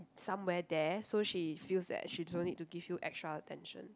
somewhere there so she feels that she don't need to give you extra attention